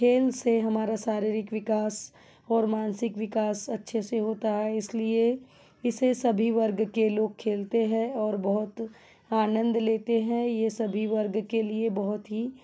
खेल से हमारा शारीरक विकास और मानसिक विकास अच्छे से होता है इसलिए इसे सभी वर्ग के लोग खेलते हैं और बहुत आनंद लेते हैं यह सभी वर्ग के लिए बहुत ही